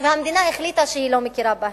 והמדינה החליטה שהיא לא מכירה בהם.